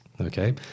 okay